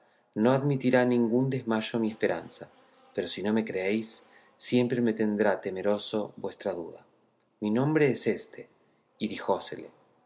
no admitirá ningún desmayo mi esperanza pero si no me creéis siempre me tendrá temeroso vuestra duda mi nombre es éste y díjosele el